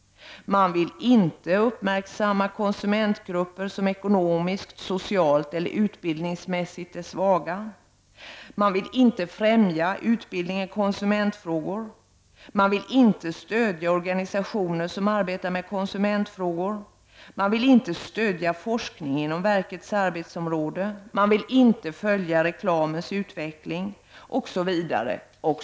Man vill inte uppmärksamma konsumentgrupper som ekonomiskt, socialt eller utbildningsmässigt är svaga. Man vill inte främja utbildning i konsumentfrågor, vill inte stödja organisationer som arbetar med konsumentfrågor, vill inte stödja forskning inom verkets arbetsområde och vill inte följa reklamens utveckling.